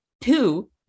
Two